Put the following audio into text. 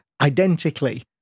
identically